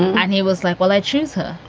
and he was like, well, i choose her,